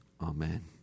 Amen